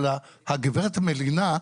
אבל הגברת המלינה,